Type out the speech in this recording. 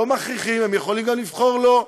לא מכריחים, הם יכולים גם לבחור שלא,